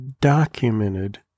documented